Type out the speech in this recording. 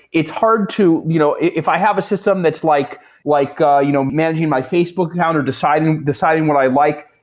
it's hard to you know if i have a system that's like like ah you know managing my facebook account, or deciding deciding what i like,